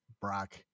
Brock